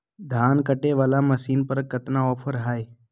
धान कटे बाला मसीन पर कतना ऑफर हाय?